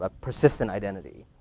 ah persistent identity,